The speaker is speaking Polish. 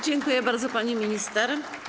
Dziękuję bardzo, pani minister.